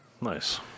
Nice